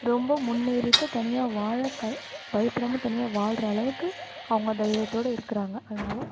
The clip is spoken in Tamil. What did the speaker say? ரொம்ப முன்னேறிகிட்டு தனியாக வாழ க பயப்படாம தனியாக வாழ்ற அளவுக்கு அவங்க தைரியத்தோட இருக்கிறாங்க அதனால